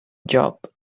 job